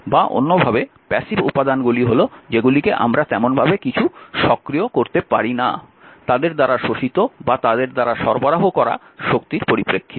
বা অন্যভাবে প্যাসিভ উপাদানগুলি হল যেগুলিকে আমরা তেমন কিছু সক্রিয় করতে পারি না তাদের দ্বারা শোষিত বা তাদের দ্বারা সরবরাহ করা শক্তির পরিপ্রেক্ষিতে